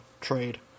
Trade